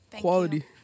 Quality